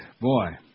Boy